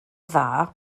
dda